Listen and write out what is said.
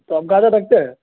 تو آپ گاجر رکھتے ہیں